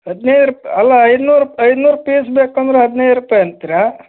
ಹದಿನೈದು ರೂಪಾಯಿ ಅಲ್ಲ ಐನೂರು ಐನೂರು ಪೀಸ್ ಬೇಕಂದ್ರೆ ಹದಿನೈದು ರೂಪಾಯಿ ಅಂತೀರಾ